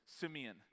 Simeon